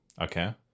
Okay